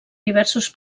diversos